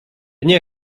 nie